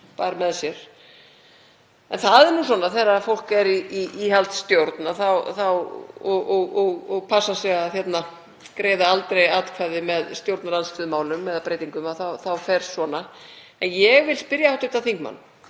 bar með sér. En það er nú svona þegar fólk er í íhaldsstjórn og passar sig að greiða aldrei atkvæði með stjórnarandstöðumálum eða -breytingum, þá fer svona. En ég vil spyrja hv. þingmann: